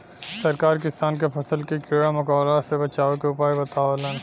सरकार किसान के फसल के कीड़ा मकोड़ा से बचावे के उपाय बतावलन